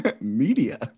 media